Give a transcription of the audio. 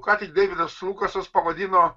ką tik deividas lukasas pavadino